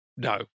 No